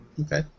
Okay